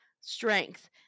strength